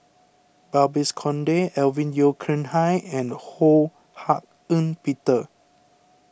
Babes Conde Alvin Yeo Khirn Hai and Ho Hak Ean Peter